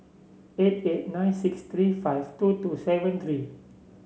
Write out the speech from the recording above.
eight eight nine six three five two two seven three